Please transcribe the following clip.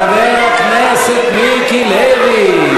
חבר הכנסת מיקי לוי.